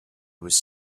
was